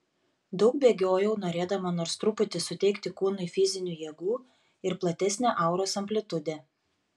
daug bėgiojau norėdama nors truputį suteikti kūnui fizinių jėgų ir platesnę auros amplitudę